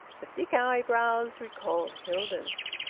the thick eyebrows recalled hilda's.